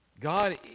God